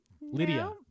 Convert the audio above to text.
Lydia